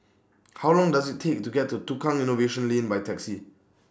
How Long Does IT Take to get to Tukang Innovation Lane By Taxi